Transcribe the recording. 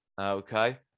Okay